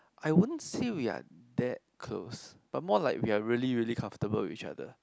I won't say we are that close but more like we are really really comfortable with each other